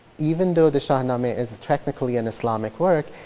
even though the shahnameh isn't technically an islamic work,